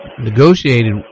negotiated